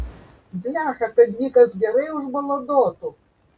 blecha kad jį kas gerai užbaladotų